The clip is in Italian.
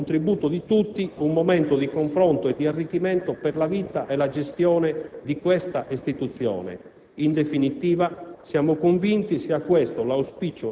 - possa costituire con il contributo di tutti un momento di confronto e di arricchimento per la vita e la gestione di questa istituzione. In definitiva,